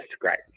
great